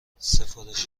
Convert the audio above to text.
سفارش